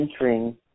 entering